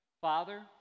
Father